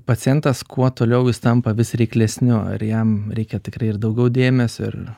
pacientas kuo toliau jis tampa vis reiklesniu ar jam reikia tikrai ir daugiau dėmesio ir